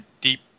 deep